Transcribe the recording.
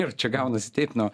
ir čia gaunasi taip nu